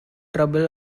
trouble